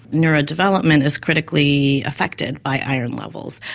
neurodevelopment is critically affected by iron levels.